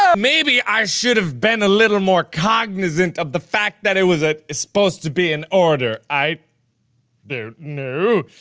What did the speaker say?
ah maybe i should have been a little more cognizant of the fact that it was it's supposed to be an order. i don't know.